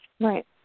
Right